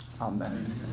Amen